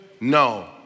No